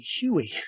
Huey